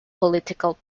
political